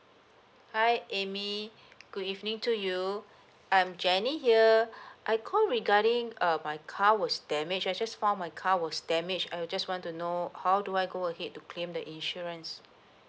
hi amy good evening to you I'm jenny here I call regarding uh my car was damaged I just found my car was damaged I just want to know how do I go ahead to claim the insurance